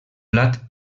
plat